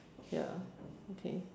ya okay